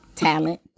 Talent